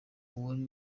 uwari